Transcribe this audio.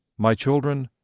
my children,